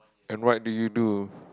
and what do you do